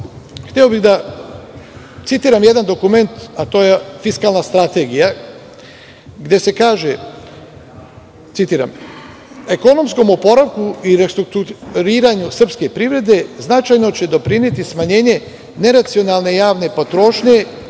hteo bih da citiram jedan dokumenta, a to je Fiskalna strategija gde se kaže citiram – „ekonomskom oporavku i restrukturiranju srpske privrede značajno će doprineti smanjenje neracionalne javne potrošnje